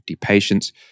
patients